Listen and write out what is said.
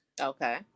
okay